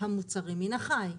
מוצרים מן החי.